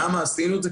למה עשינו את זה?